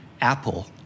Apple